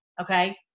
okay